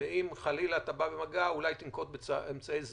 ואם חלילה אתה בא במגע, אולי תנקוט אמצעי זהירות.